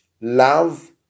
love